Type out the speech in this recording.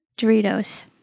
Doritos